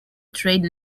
trade